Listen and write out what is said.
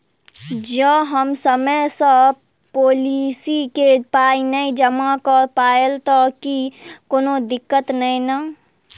जँ हम समय सअ पोलिसी केँ पाई नै जमा कऽ पायब तऽ की कोनो दिक्कत नै नै?